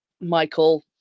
Michael